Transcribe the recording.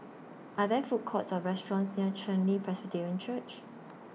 Are There Food Courts Or restaurants near Chen Li Presbyterian Church